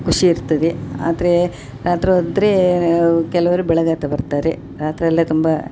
ಖುಷಿ ಇರ್ತದೆ ಆದರೆ ರಾತ್ರಿ ಓದ್ದ್ರೆ ಅವ ಕೆಲವರು ಬೆಳಗಾತ ಬರ್ತಾರೆ ರಾತ್ರಿ ಅಲ್ಲೇ ತುಂಬಾ